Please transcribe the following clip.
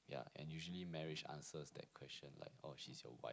yeah and usually marriage answers that question like oh she's your wife